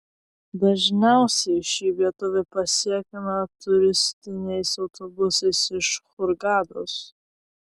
dažniausiai ši vietovė pasiekiama turistiniais autobusais iš hurgados